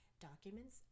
documents